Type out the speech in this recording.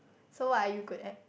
so what are you good at